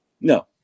No